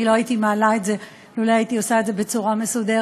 לא הייתי מעלה את זה לולא הייתי עושה את זה בצורה מסודרת,